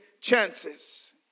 chances